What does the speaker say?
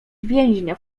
więźnia